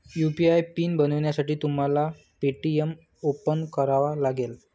UPI PIN बनवण्यासाठी तुम्हाला Paytm open करावा लागेल